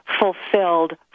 fulfilled